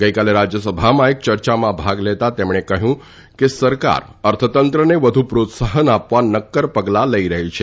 ગઇકાલે રાજયસભામાં એક ચર્ચામાં ભાગ લેતાં તેમણે કહયું હતું કે સરકાર અર્થતંત્રને વધુ પ્રોત્સાફન આપવા નકકર પગલાં લઇ રહી છે